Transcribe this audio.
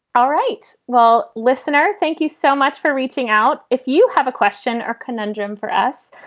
all right. well, listener. thank you so much for reaching out. if you have a question or conundrum for us.